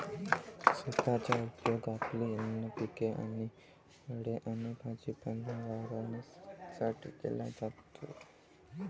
शेताचा उपयोग आपली अन्न पिके आणि फळे आणि भाजीपाला वाढवण्यासाठी केला जातो